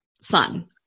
son